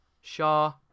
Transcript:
Shaw